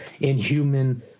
inhuman